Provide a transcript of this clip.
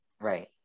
Right